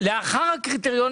כלולים